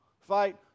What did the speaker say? fight